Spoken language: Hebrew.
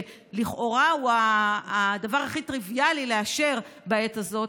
שהוא לכאורה הדבר הכי טריוויאלי לאשר בעת הזאת,